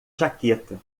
jaqueta